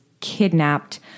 kidnapped